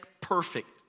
perfect